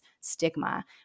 stigma